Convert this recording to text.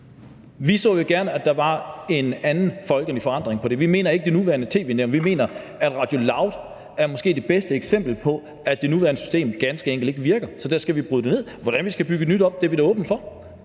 Vi så jo gerne, at der var en anden folkelig forankring i det i forhold til det nuværende nævn. Vi mener, at Radio LOUD måske er det bedste eksempel på, at det nuværende system ganske enkelt ikke virker, så det skal vi bryde ned. Hvordan vi skal bygge et nyt op, er vi åbne over for.